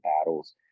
battles